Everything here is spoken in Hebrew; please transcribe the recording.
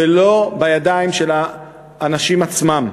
ולא בידיים של האנשים עצמם.